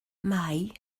mai